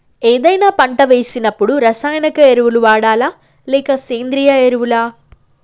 ఏదైనా పంట వేసినప్పుడు రసాయనిక ఎరువులు వాడాలా? లేక సేంద్రీయ ఎరవులా?